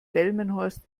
delmenhorst